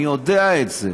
אני יודע את זה.